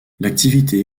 l’activité